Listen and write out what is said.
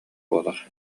буолар